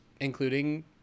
including